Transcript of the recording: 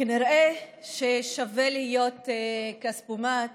כנראה ששווה להיות כספומט